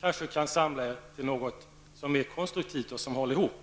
kanske ni kan samla er till någonting som är konstruktivt och håller ihop.